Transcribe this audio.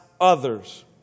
others